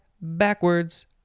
backwards